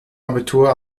abitur